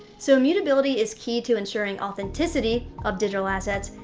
so immutability is key to ensuring authenticity of digital assets,